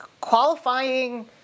Qualifying